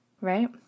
Right